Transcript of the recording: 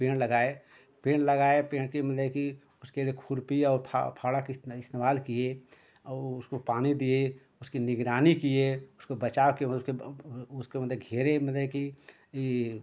पेड़ लगाए पेड़ लगाएँ पेड़ की मतलब कि उसके लिए खुरपी और फा फावड़ा किसने इस्तेमाल किए और ओ उसको पानी दिए उसकी निगरानी किए उसको बचाव किए मतलब उसके उसको मतलब घेरे मतलब कि कि